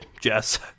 Jess